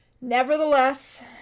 Nevertheless